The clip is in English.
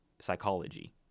psychology